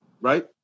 right